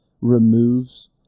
removes